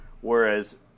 Whereas